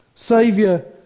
saviour